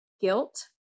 guilt